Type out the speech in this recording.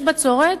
יש בצורת,